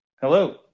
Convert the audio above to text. Hello